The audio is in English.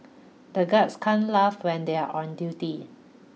the guards can't laugh when they are on duty